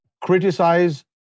criticize